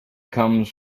comes